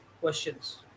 questions